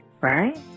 right